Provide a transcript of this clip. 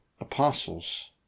apostles